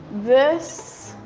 this